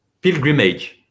pilgrimage